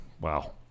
Wow